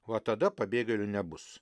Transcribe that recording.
va tada pabėgėlių nebus